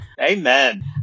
Amen